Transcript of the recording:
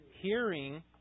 hearing